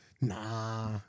Nah